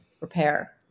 repair